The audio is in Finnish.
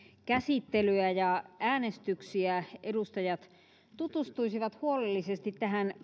käsittelyä ja äänestyksiä edustajat tutustuisivat huolellisesti